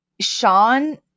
Sean